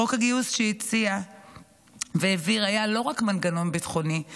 חוק הגיוס שהציע והעביר היה לא רק מנגנון ביטחוני,